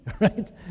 right